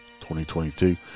2022